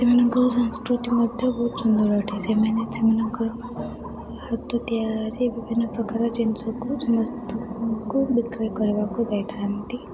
ସେମାନଙ୍କର ସଂସ୍କୃତି ମଧ୍ୟ ବହୁତ ସୁନ୍ଦର ଅଟେ ସେମାନେ ସେମାନଙ୍କର ହାତ ତିଆରି ବିଭିନ୍ନ ପ୍ରକାର ଜିନିଷକୁ ସମସ୍ତଙ୍କୁ ବିକ୍ରି କରିବାକୁ ଦେଇଥାନ୍ତି